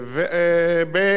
בנצרת-עילית.